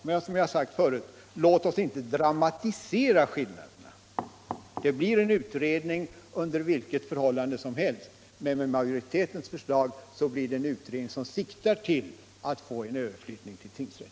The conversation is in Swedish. Men, som jag har sagt förut, låt oss inte dramatisera skillnaderna. Det blir en utredning under vilka förhållanden som helst. Men med utskottsmajoritetens förslag blir det en utredning som siktar till att få en överflyttning till tingsrätt.